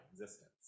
existence